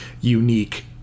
unique